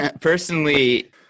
Personally